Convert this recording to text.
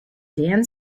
dan